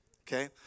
Okay